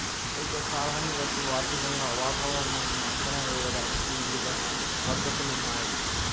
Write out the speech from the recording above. అయితే కాలాన్ని బట్టి వార్షికంగా వాతావరణాన్ని అంచనా ఏయడానికి ఇవిధ పద్ధతులున్నయ్యి